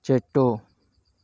చెట్టు